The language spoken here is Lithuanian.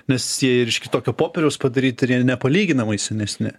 nes jie ir iš kitokio popieriaus padaryti ir jie nepalyginamai senesni